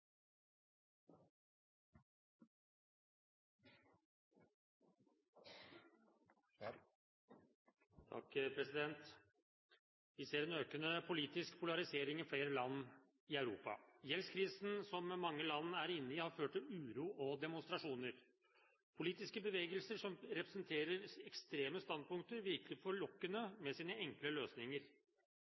handlekraft. Vi ser en økende politisk polarisering i flere land i Europa. Gjeldskrisen som mange land er inne i, har ført til uro og demonstrasjoner. Politiske bevegelser som representerer ekstreme standpunkter, virker forlokkende med sine enkle